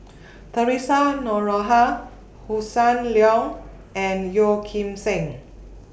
Theresa Noronha Hossan Leong and Yeoh Ghim Seng